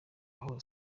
aho